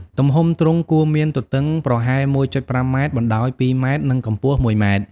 ទំហំទ្រុងគួរមានទទឹងប្រហែល ១.៥ ម៉ែត្រ បណ្ដោយ ២ ម៉ែត្រ និងកម្ពស់ ១ ម៉ែត្រ។